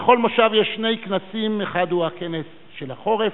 שני כנסים, אחד הוא הכנס של החורף,